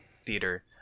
theater